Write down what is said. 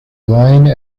wine